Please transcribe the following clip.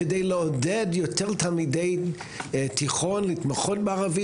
כדי לעודד יותר תלמידי תיכון להתמחות בערבית